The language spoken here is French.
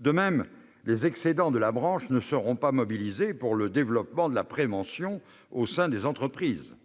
De même, les excédents de la branche ne seront pas mobilisés pour le développement de la prévention au sein des entreprises.